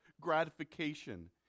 gratification